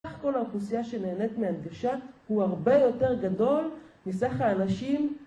כל האוכלוסיה שנהנית מהנגשה הוא הרבה יותר גדול מסך האנשים